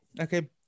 Okay